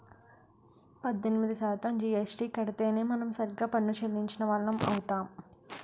పద్దెనిమిది శాతం జీఎస్టీ కడితేనే మనం సరిగ్గా పన్ను చెల్లించిన వాళ్లం అవుతాం